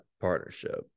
partnership